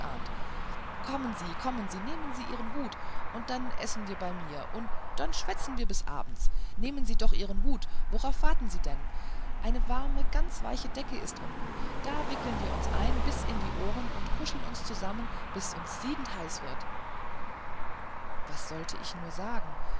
kommen sie kommen sie nehmen sie ihren hut und dann essen sie bei mir und dann schwätzen wir bis abends nehmen sie doch ihren hut worauf warten sie denn eine warme ganz weiche decke ist unten da wickeln wir uns ein bis an die ohren und kuscheln uns zusammen bis uns siedheiß wird was sollte ich nur sagen